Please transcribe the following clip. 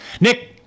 Nick